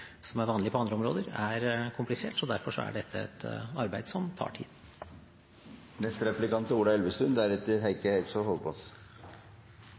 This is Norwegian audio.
som er vanlig på andre områder, er komplisert. Derfor er dette et arbeid som tar